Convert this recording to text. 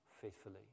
faithfully